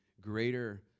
greater